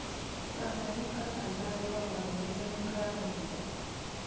रासायनिक खतांच्या अतिवापरामुळे जमीन खराब होते